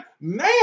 Now